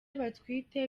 batwite